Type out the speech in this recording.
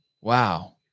Wow